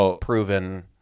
proven